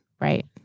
Right